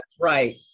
right